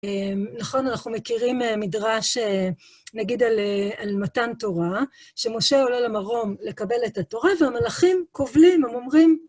נכון, אנחנו מכירים מדרש, נגיד, על מתן תורה, שמשה עולה למרום לקבל את התורה, והמלאכים קובלים, הם אומרים...